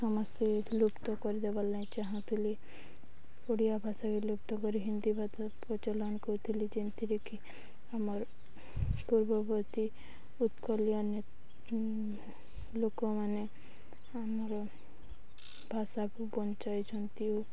ସମସ୍ତେ ଲୁପ୍ତ କରିଦେବାର୍ ଲାଗି ଚାହୁଁଥିଲେ ଓଡ଼ିଆ ଭାଷା ବି ଲୁପ୍ତ କରି ହିନ୍ଦୀ ଭାଷା ପ୍ରଚଳନ କରଥିଲେ ଯେନ୍ଥିରେକିି ଆମର ପୂର୍ବବର୍ତ୍ତୀ ଉତ୍କଳିଆନ୍ ଲୋକମାନେ ଆମର ଭାଷାକୁ ବଞ୍ଚାଇଛନ୍ତି ଓ